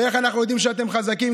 ואיך אנחנו יודעים שאתם חזקים?